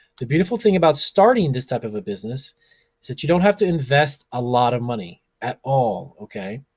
the beautiful thing about starting this type of business is that you don't have to invest a lot of money at all, okay.